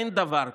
אין דבר כזה.